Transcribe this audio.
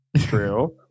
true